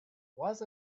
was